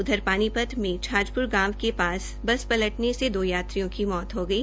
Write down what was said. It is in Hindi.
उधर पानीपत में छाजप्र गांव के पास बस पटलने से दो यात्रियों की मौत हो गई